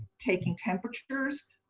taking temperatures,